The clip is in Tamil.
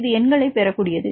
இது எண்களைப் பெறக்கூடியது